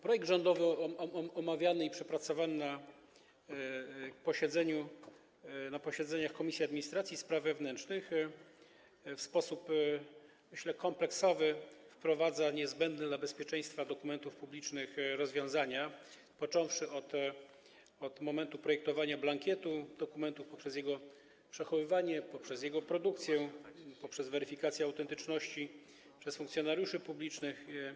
Projekt rządowy omawiany i przepracowany na posiedzeniach Komisji Administracji i Spraw Wewnętrznych w sposób, myślę, kompleksowy wprowadza niezbędne dla bezpieczeństwa dokumentów publicznych rozwiązania, począwszy od momentu projektowania blankietu dokumentu, poprzez jego przechowywanie, produkcję, weryfikację autentyczności przez funkcjonariuszy publicznych.